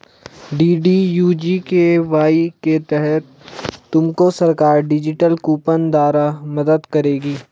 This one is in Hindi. डी.डी.यू जी.के.वाई के तहत तुमको सरकार डिजिटल कूपन द्वारा मदद करेगी